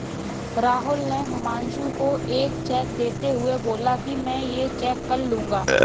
राहुल ने हुमांशु को एक चेक देते हुए बोला कि मैं ये चेक कल लूँगा